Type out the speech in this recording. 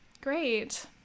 Great